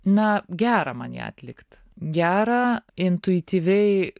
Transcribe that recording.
na gera man ją atlikt gera intuityviai